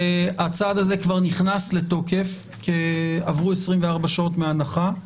והצעד הזה כבר נכנס לתוקף כי עברו 24 שעות מההנחה.